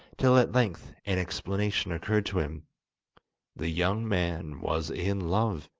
till at length an explanation occurred to him the young man was in love!